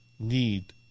need